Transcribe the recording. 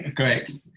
great.